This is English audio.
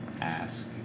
ask